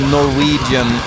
Norwegian